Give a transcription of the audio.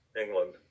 England